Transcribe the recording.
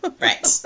Right